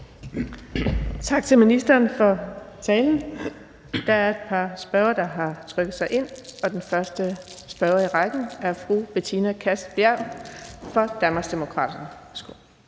Tak til ministeren for talen. Der er et par spørgere, der har trykket sig ind. Den første spørger i rækken er fru Betina Kastbjerg fra Danmarksdemokraterne. Værsgo.